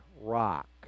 rock